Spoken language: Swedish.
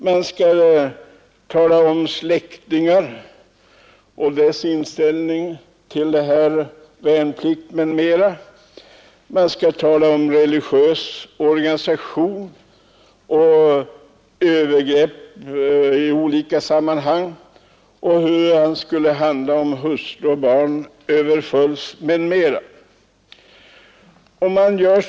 Man skall tala om släktingar och deras inställning till värnplikten m.m. Man skall redogöra för religiös organisationstillhörighet, för övergrepp av olika slag och tala om hur man skulle handla om hustru och barn utsattes för våldshandlingar osv.